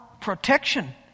protection